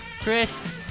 Chris